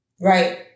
Right